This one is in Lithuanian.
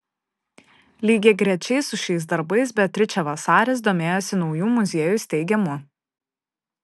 lygiagrečiai su šiais darbais beatričė vasaris domėjosi naujų muziejų steigimu